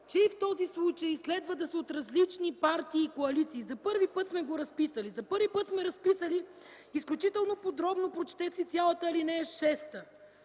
че и в този случай следва да се от различни партии и коалиции. За първи път сме го разписали! За първи път сме разписали изключително подробно, прочетете си цялата ал. 6,